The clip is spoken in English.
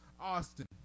Austin